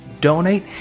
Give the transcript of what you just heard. Donate